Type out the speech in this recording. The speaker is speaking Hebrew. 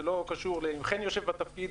זה לא קשור אם חן יושב בתפקיד,